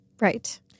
Right